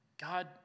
God